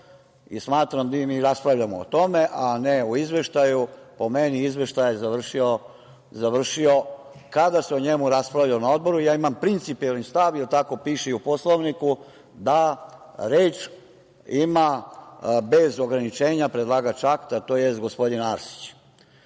i smatram da mi raspravljamo o tome, a ne o izveštaju. Po meni, izveštaj je završio kada se o njemu raspravlja na odboru. Ja imam principijelni stav, jer tako piše i u Poslovniku, da reč ima bez ograničenja predlagač akta, tj. gospodin